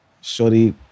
Shorty